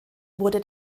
wurde